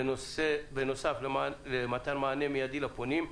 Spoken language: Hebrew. בנוסף למתן מענה מידי לפונים,